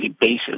basis